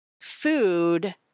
food